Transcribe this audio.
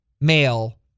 male